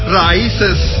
raíces